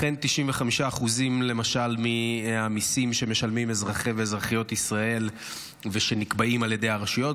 לכן 95% מהמיסים שמשלמים אזרחי ואזרחיות ישראל ושנקבעים על ידי הרשויות,